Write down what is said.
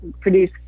produce